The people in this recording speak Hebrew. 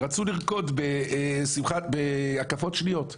שרצו לרקוד בהקפות שניות.